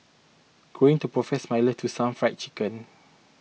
going to profess my let to some Fried Chicken